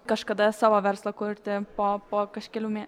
kažkada savo verslą kurti po po kažkelių mė